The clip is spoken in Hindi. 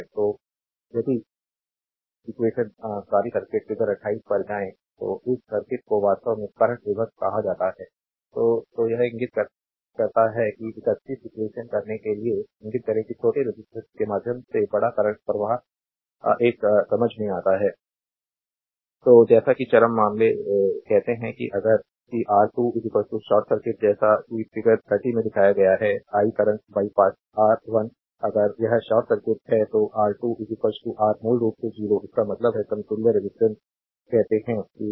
तो यदि इक्वेशन सॉरी सर्किट फिगर 28 पर जाएं तो इस सर्किट को वास्तव में करंट विभक्त कहा जाता है तो तो यह इंगित करता है कि 31 इक्वेशन करने के लिए इंगित करें कि छोटे रेजिस्टेंस के माध्यम से बड़ा करंट प्रवाह एक समझ में आता है स्लाइड टाइम देखें 3415 तो जैसा कि चरम मामले कहते हैं कि आर 2 शॉर्ट सर्किट जैसा कि फिगर 30 में दिखाया गया है I करंट बाईपास आर 1 अगर यह शॉर्ट सर्किट है तो आर 2 आर मूल रूप से 0 इसका मतलब है समतुल्य रेजिस्टेंस कहते हैं कि R eq R1 R2 R1 R2 तो R eq 0 हो जाएगा